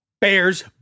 Bears